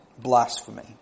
blasphemy